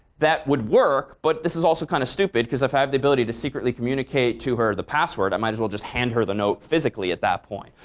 that would work. but this is also kind of stupid because if i have the ability to secretly communicate to her the password i might as well just hand her the note physically at that point.